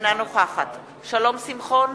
אינה נוכחת שלום שמחון,